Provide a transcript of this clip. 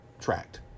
tracked